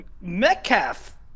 Metcalf